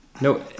No